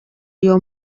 iyo